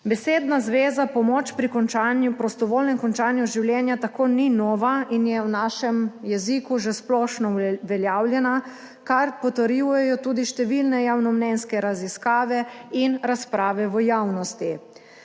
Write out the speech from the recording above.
Besedna zveza pomoč pri prostovoljnem končanju življenja tako ni nova in je v našem jeziku že splošno uveljavljena, kar potrjujejo tudi številne javnomnenjske raziskave in razprave v javnosti.